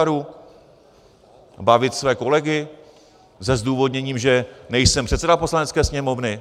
Bavit své kolegy se zdůvodněním, že nejsem předseda Poslanecké sněmovny?